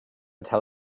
tell